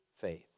faith